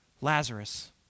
Lazarus